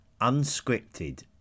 Unscripted